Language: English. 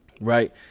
Right